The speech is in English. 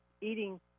eating